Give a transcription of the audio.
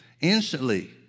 Instantly